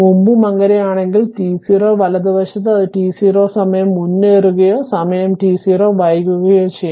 മുമ്പും അങ്ങനെയാണെങ്കിൽ t0 വലതുവശത്ത് അത് t0 സമയം മുന്നേറുകയോ സമയം t0 വൈകുകയോ ചെയ്യാം